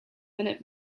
minute